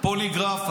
פוליגרף.